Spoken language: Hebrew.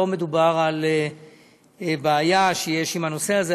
לא מדובר על בעיה שיש עם הנושא הזה.